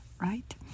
right